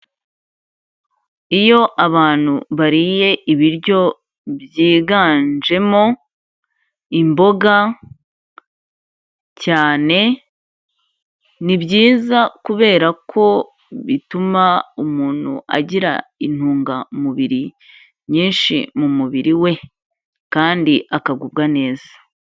Iyo abantu bariye ibiryo byiganjemo imboga cyane, ni byiza kubera ko bituma umuntu agira intungamubiri nyinshi mu mubiri we kandi akagubwa neza.